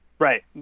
Right